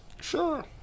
Sure